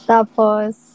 Tapos